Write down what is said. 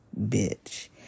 bitch